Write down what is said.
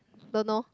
don't know